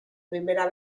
primera